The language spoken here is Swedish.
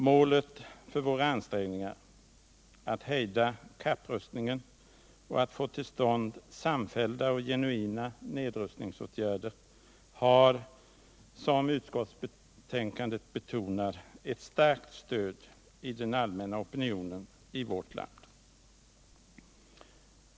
Målet för våra ansträngningar — att hejda kapprustningen och att få till stånd samfällda och genuina nedrustningsåtgärder — har, som utskouet betonar, eu starkt stöd i den allmänna opinionen i vårt land.